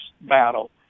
battle